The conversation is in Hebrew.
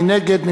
מי נגד?